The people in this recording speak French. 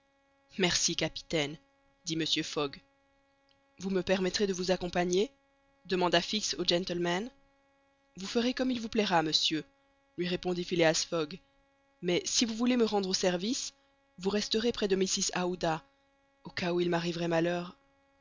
merci capitaine dit mr fogg vous me permettrez de vous accompagner demanda fix au gentleman vous ferez comme il vous plaira monsieur lui répondit phileas fogg mais si vous voulez me rendre service vous resterez près de mrs aouda au cas où il m'arriverait malheur